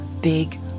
big